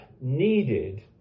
needed